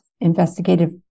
investigative